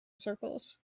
circles